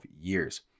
years